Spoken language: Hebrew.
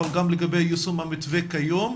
אבל גם לגבי יישום המתווה כיום.